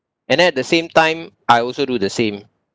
and then at the same time I also do the same